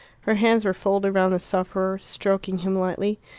her hands were folded round the sufferer, stroking him lightly,